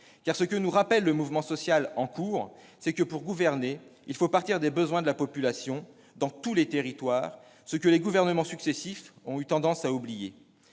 : ce que nous rappelle le mouvement social en cours, c'est que, pour gouverner, il faut partir des besoins de la population dans tous les territoires. Les gouvernements successifs ont eu tendance à l'oublier